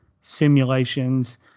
simulations